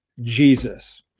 Jesus